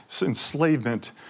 enslavement